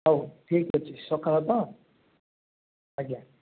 ହଉ ଠିକ୍ ଅଛି ସକାଳେ ତ ଆଜ୍ଞା